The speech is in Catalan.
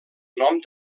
nom